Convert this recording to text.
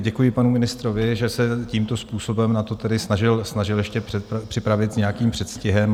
Děkuji panu ministrovi, že se tímto způsobem na to tedy snažil ještě připravit s nějakým předstihem.